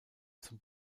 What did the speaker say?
zum